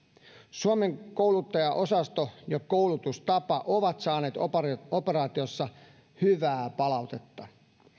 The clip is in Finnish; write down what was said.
suomen kouluttajaosasto ja koulutustapa ovat saaneet operaatiossa operaatiossa hyvää palautetta